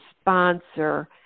sponsor